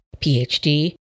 PhD